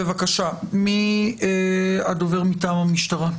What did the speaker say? בבקשה, מי הדובר מטעם המשטרה?